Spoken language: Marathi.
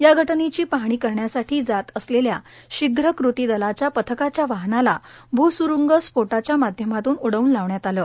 या घटनेची पाहणी करण्यासाठी जात असलेल्या शीघ कृती दलाच्या पथकाच्या वाहनाला भूसुरूंग स्फोटाच्या माध्यमातून उडवून लावण्यात आलं